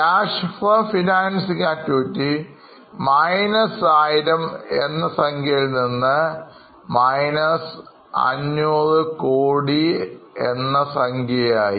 cash from financing activity 1000 എന്ന സംഖ്യയിൽ നിന്ന് 500 കോടി എന്നസംഖ്യയായി